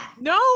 No